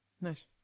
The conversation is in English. Nice